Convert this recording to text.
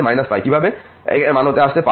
এবং তারপর এই মান হতে আসছে কিভাবে